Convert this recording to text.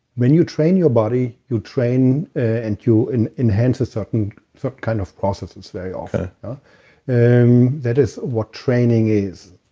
when you train your body, you train and you and enhance a certain so kind of processes very often okay and that is what training is